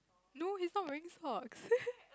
no he's not wearing socks